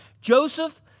Joseph